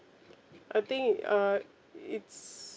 I think it uh it's